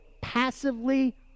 passively